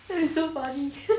that is so funny